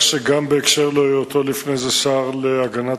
מצב זה גורם סבל רב לאנשים